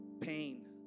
pain